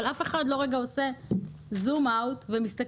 אבל אף אחד לא רגע עושה זום אאוט ומסתכל